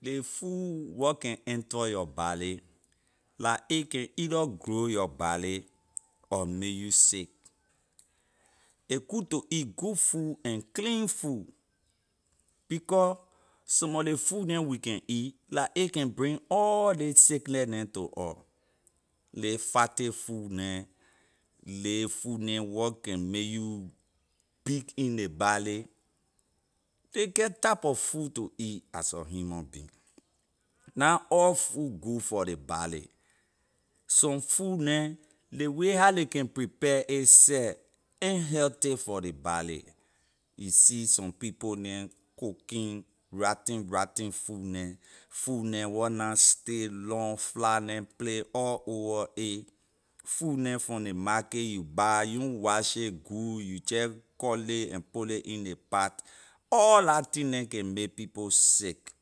Ley food wor can enter your body la a can either grow your body or make you sick. a good to eat good food and clean food becor some of ley food neh we can eat la a can bring all ley sickness neh to us ley fatty food neh ley food neh wor can make you big in ley body ley get type of food to eat as a human being na all food good for ley body some food neh ley way how ley can prepare it seh a na healthy for ley body you see some people neh cooking rotten rotten food neh food neh wor na stay long fly neh play all over a food neh from ley market you buy you na wash it good you jeh cut ley and put ley in ley pat all la thing neh can make people sick